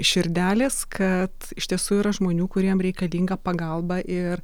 širdelės kad iš tiesų yra žmonių kuriem reikalinga pagalba ir